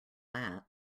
that